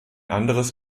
anderes